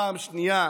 פעם שנייה,